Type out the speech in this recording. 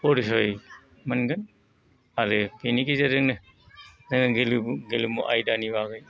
परिसय मोनगोन आरो बेनि गेजेरजोंनो गेलेमु गेलेमु आयदानि बागै